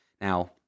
Now